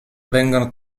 vengono